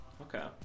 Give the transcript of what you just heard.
okay